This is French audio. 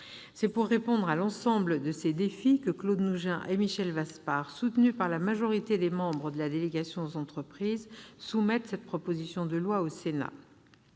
C'est pour répondre à l'ensemble de ces défis que Claude Nougein et Michel Vaspart, soutenus par la majorité des membres de la délégation aux entreprises, soumettent cette proposition de loi au Sénat.